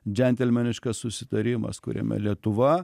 džentelmeniškas susitarimas kuriame lietuva